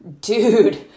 dude